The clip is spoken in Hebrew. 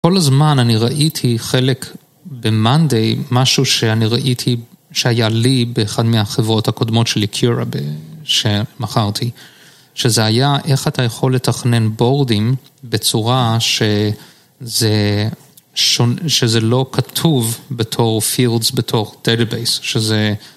כל הזמן אני ראיתי חלק ב-Monday, משהו שאני ראיתי שהיה לי באחד מהחברות הקודמות שלי, Cura, שמכרתי, שזה היה איך אתה יכול לתכנן בורדים בצורה שזה לא כתוב בתור Fields, בתור Database, שזה...